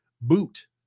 boot